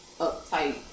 uptight